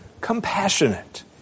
compassionate